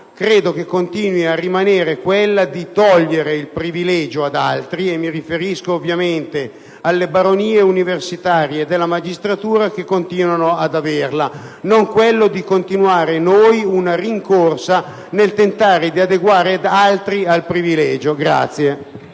però, continua a rimanere quella di togliere il privilegio ad altri (mi riferisco, ovviamente, alle baronie universitarie e della magistratura, che continuano ad averlo) e non quella di continuare una rincorsa nel tentativo di adeguare altri a quel privilegio.